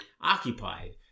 occupied